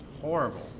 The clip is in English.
Horrible